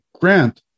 grant